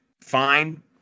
Fine